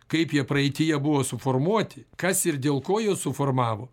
kaip jie praeityje buvo suformuoti kas ir dėl ko juos suformavo